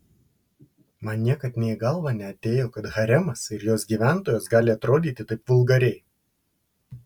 man niekad nė į galvą neatėjo kad haremas ir jos gyventojos gali atrodyti taip vulgariai